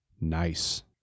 Nice